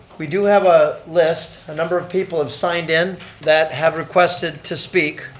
we do have a list, a number of people have signed in that have requested to speak,